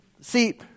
see